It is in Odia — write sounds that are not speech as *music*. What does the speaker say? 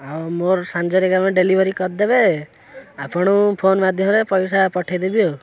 ଆଉ ମୋର ସାଞ୍ଜରୀ *unintelligible* ଡେଲିଭରି କରିଦେବେ ଆଉ *unintelligible* ଫୋନ୍ ମାଧ୍ୟମରେ ପଇସା ପଠାଇଦେବି ଆଉ